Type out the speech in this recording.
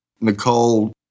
Nicole